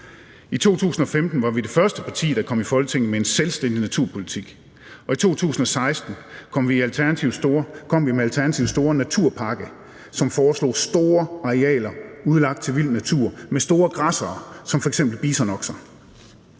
I 2015 var vi det første parti, der kom i Folketinget med en selvstændig naturpolitik, og i 2016 kom vi med Alternativets store naturpakke, hvor vi foreslog store arealer udlagt til vild natur med store græssere som f.eks. bisonokser.